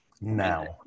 now